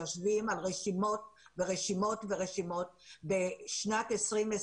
יושבים על רשימות ורשימות בשנת 2020,